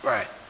Right